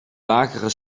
lagere